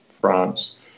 France